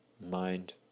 mind